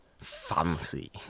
fancy